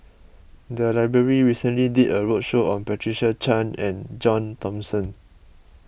the library recently did a roadshow on Patricia Chan and John Thomson